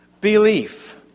belief